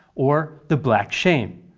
or the black shame.